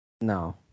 No